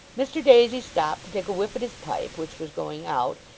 mr daisy stopped to take a whiff at his pipe, which was going out,